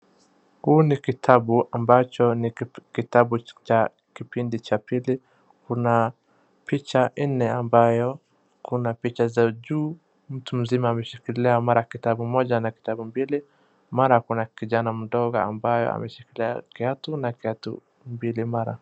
Huu ni kitabu ambacho ni kitabu cha kipindi cha pili kuna picha nne ambayo kuna picha za juu mtu mzima ameshikilia mara kitabu moja na kitabu mbili mara kuna kijana mdogo ambaye ameshikilia kiatu na kiatu mbili mara.